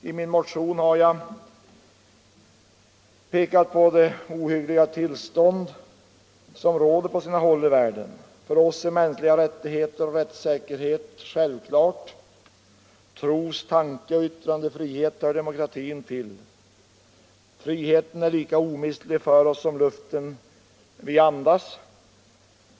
I min motion har jag pekat på det ohyggliga tillstånd som råder på sina håll i världen. För oss är mänskliga rättigheter och rättssäkerhet = Nr 94 självklara ting, trostankeoch yttrandefrihet hör demokratin till. Fri Onsdagen den heten är lika omistlig för oss som den luft vi andas.